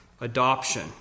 adoption